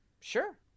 Sure